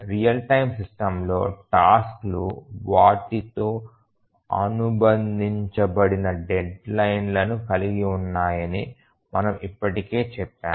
real time system లో టాస్క్లు వాటితో అనుబంధించబడిన డెడ్ లైన్ లను కలిగి ఉన్నాయని మనము ఇప్పటికే చెప్పాము